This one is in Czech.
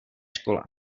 škole